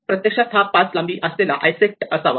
प्रत्यक्षात हा 5 लांबी असलेला आयसेक्ट असावा